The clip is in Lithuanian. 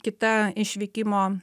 kita išvykimo